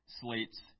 slates